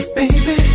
baby